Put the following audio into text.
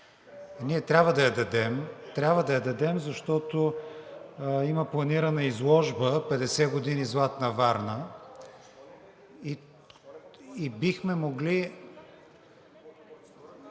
Трябва да я дадем, защото има планирана изложба „50 години Златна Варна“ и бихме могли…